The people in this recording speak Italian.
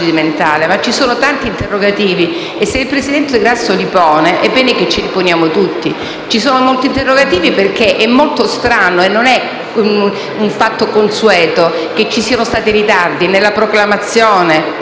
Ma ci sono tanti interrogativi e, se il presidente Grasso li pone, è bene che ce li poniamo tutti. Ci sono molti interrogativi, perché è molto strano - non è un fatto consueto - che ci siano stati ritardi nella proclamazione.